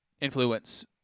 influence